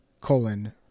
colon